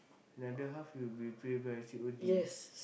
another half you'll be pay by C_O_D